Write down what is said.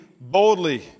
boldly